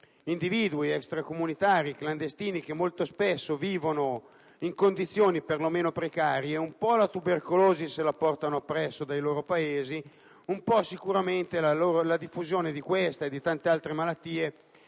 individui extracomunitari e clandestini, che molto spesso vivono in condizioni perlomeno precarie, la tubercolosi se la portano appresso dai loro Paesi, un po' la diffusione di questa e di tante altri malattie